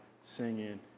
singing